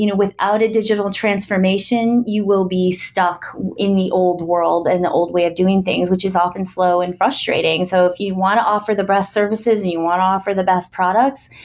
you know without a digital transformation, you will be stuck in the old world and the old way of doing things, which is often slow and frustrating. so if you want to offer the best services and you want to offer the best products,